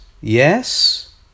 yes